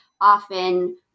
often